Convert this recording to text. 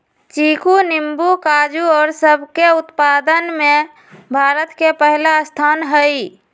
चीकू नींबू काजू और सब के उत्पादन में भारत के पहला स्थान हई